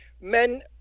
men